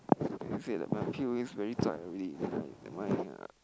he said that my P_O_A is very zai already that's why my uh